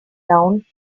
down